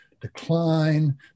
decline